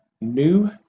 new